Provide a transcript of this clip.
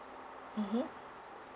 mmhmm